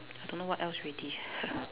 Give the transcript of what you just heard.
I don't know what else already